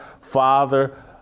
father